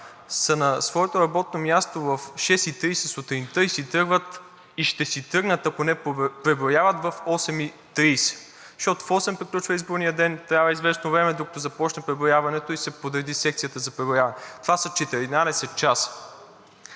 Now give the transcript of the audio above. са на своето работно място в 6,30 ч. сутринта и ще си тръгнат, ако не преброяват, в 20,30 ч., защото в осем приключва изборният ден. Трябва известно време, докато започне преброяването и се подреди секцията за преброяване – това са 14 часа.